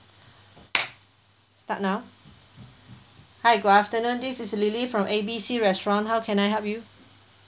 start now hi good afternoon this is lily from A B C restaurant how can I help you